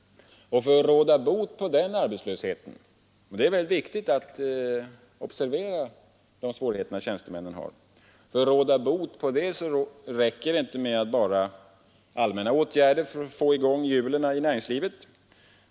För att råda bot på den arbetslösheten — och det är väldigt viktigt att observera de svårigheter som tjänstemännen har — räcker det inte med allmänna åtgärder för att få i gång hjulen i näringslivet.